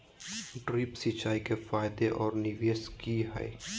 Drip सिंचाई के फायदे और निवेस कि हैय?